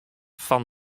fan